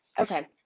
Okay